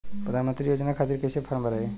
प्रधानमंत्री योजना खातिर कैसे फार्म भराई?